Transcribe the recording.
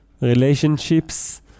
relationships